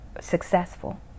successful